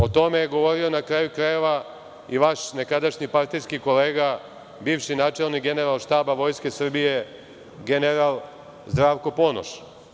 O tome je govorio, na kraju krajeva, i vaš nekadašnji partijski kolega, bivši načelnik Generalštaba Vojske Srbije, general Zdravko Ponoš.